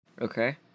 okay